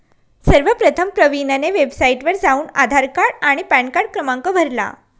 सर्वप्रथम प्रवीणने वेबसाइटवर जाऊन आधार कार्ड आणि पॅनकार्ड क्रमांक भरला